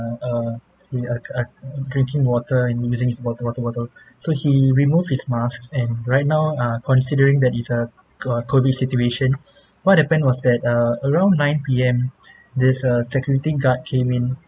err we uh uh drinking water and using his water water bottle so he removed his mask and right now uh considering that is uh uh COVID situation what happened was that uh around nine P_M this uh security guard came in